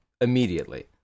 immediately